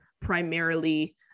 primarily